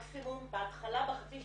במקסימום בהתחלה, בחצי שנה הראשונה.